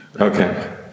Okay